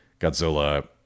Godzilla